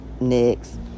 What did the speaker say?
next